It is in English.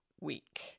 week